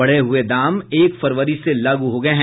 बढ़े हुये दाम एक फरवरी से लागू हो गये हैं